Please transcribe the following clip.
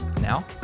Now